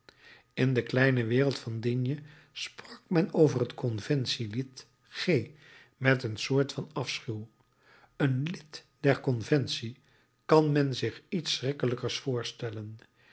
in de kleine wereld van digne sprak men over het conventielid g met een soort van afschuw een lid der conventie kan men zich iets schrikkelijkers voorstellen